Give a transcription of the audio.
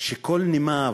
שכל נימיו